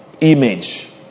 Image